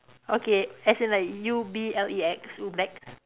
okay as in like U B L E X Ublex